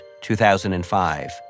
2005